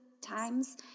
times